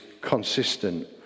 consistent